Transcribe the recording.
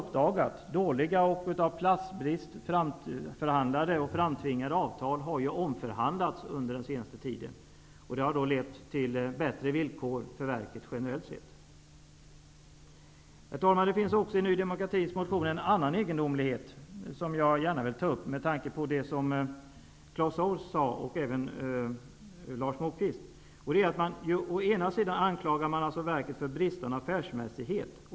Dåliga och av platsbrist framtvingade avtal som uppdagats har omförhandlats under den senaste tiden. Detta har lett till bättre villkor för verket generellt sett. Herr talman! Det finns i Ny demokratis motion också en annan egendomlighet som jag gärna vill ta upp med anledning av det som Claus Zaar och Lars Å ena sidan anklagar man verket för bristande affärsmässighet.